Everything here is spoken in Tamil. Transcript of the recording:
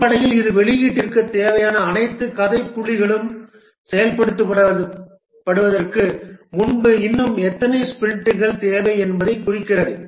அடிப்படையில் இது வெளியீட்டிற்கு தேவையான அனைத்து கதை புள்ளிகளும் செயல்படுத்தப்படுவதற்கு முன்பு இன்னும் எத்தனை ஸ்பிரிண்ட்கள் தேவை என்பதைக் குறிக்கிறது